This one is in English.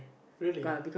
really